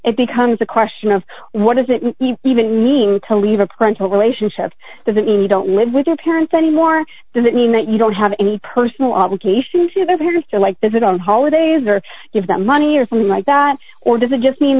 it becomes a question of what does it even mean to leave a plan to a relationship doesn't mean you don't live with your parents anymore doesn't mean that you don't have any personal obligation to their parents or like does it on holidays or give them money or something like that or does it just mean